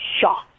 shocked